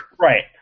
Right